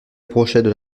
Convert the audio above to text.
approchaient